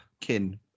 kin